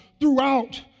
throughout